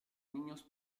niños